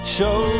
Show